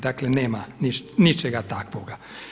Dakle, nema ničega takvoga.